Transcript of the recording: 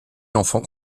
enfants